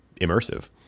immersive